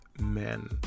men